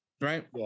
right